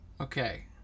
okay